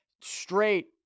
straight